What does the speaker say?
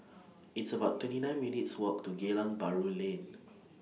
It's about twenty nine minutes' Walk to Geylang Bahru Lane